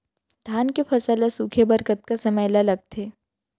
धान के फसल ल सूखे बर कतका समय ल लगथे?